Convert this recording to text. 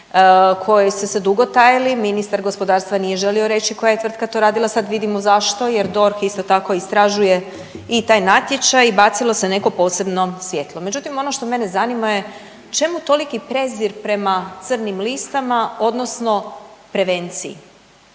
koje su se dugo tajili, ministar gospodarstva nije želio reći koja je tvrtka to radila, sad vidimo zašto jer DORH isto tako istražuje i taj natječaj, bacilo se neko posebno svjetlo. Međutim, ono što mene zanima je čemu toliki prezir prema crnim listama, odnosno prevenciji,